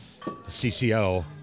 CCO